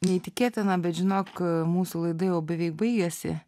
neįtikėtina bet žinok mūsų laidai jau beveik baigėsi